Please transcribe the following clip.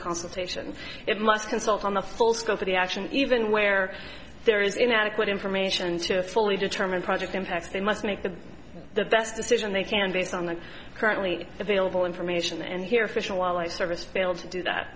consultation it must consult on the full scope of the action even where there is inadequate information to fully determine project impacts they must make the best decision they can based on the currently available information and here fish and wildlife service fail to do that